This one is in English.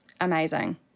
amazing